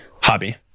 hobby